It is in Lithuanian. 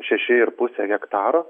šeši ir pusė hektaro